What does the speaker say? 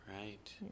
Right